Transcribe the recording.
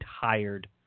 tired